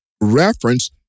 reference